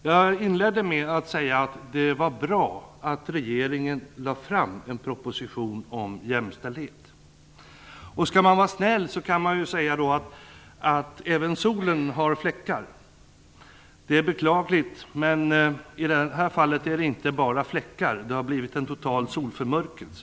Jag inledde med att säga att det var bra att regeringen lade fram en proposition om jämställdhet. Skall man vara snäll kan man säga att även solen har fläckar. Men det är beklagligt att det i det här fallet inte bara är fläckar; det har blivit en total solförmörkelse.